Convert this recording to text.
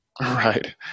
Right